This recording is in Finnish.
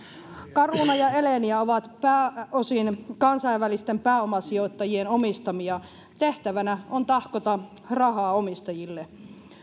caruna ja elenia ovat pääosin kansainvälisten pääomasijoittajien omistamia tehtävänä on tahkota rahaa omistajille